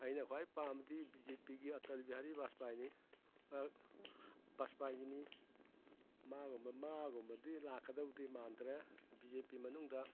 ꯑꯩꯅ ꯈ꯭ꯋꯥꯏ ꯄꯥꯝꯕꯗꯤ ꯕꯤ ꯖꯦ ꯄꯤꯒꯤ ꯑꯇꯜ ꯕꯤꯍꯥꯔꯤ ꯕꯥꯁꯄꯥꯏꯅꯤ ꯕꯥꯁꯄꯥꯏꯅꯤ ꯃꯥꯒꯨꯝꯕꯗꯤ ꯂꯥꯛꯀꯗꯕꯗꯤ ꯃꯥꯟꯗ꯭ꯔꯦ ꯕꯤ ꯖꯦ ꯄꯤ ꯃꯅꯨꯡꯗ